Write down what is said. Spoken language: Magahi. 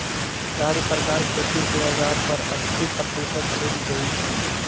राज्य सरकार खेती के औजार पर अस्सी परतिशत छुट देई छई